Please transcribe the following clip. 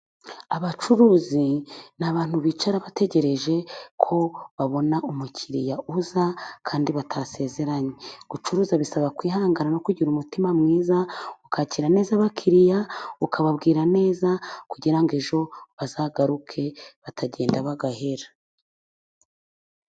Abacuruzi ni abantu bicara bategereje ko babona umukiriya uza kandi batasezeranye. Gucuruza bisaba kwihangana no kugira umutima mwiza, ukakira neza abakiriya, ukababwira neza ,kugira ngo ejo bazagaruke batagenda bagahera.